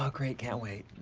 um great, can't wait.